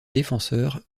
défenseurs